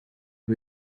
who